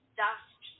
dust